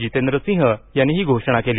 जितेंद्रसिंह यांनी ही घोषणा केली